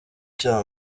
cya